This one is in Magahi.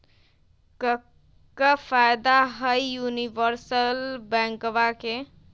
क्का फायदा हई यूनिवर्सल बैंकवा के?